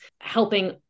helping